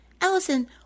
Allison